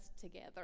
together